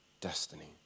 destiny